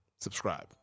subscribe